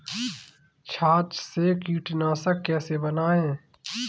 छाछ से कीटनाशक कैसे बनाएँ?